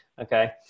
Okay